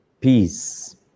peace